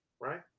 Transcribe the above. right